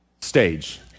stage